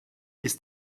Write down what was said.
ist